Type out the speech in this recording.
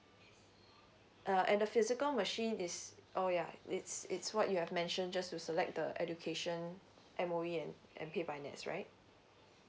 uh and the physical machine is oh yeah it's it's what you have mentioned just to select the education M_O_E and and pay by nets right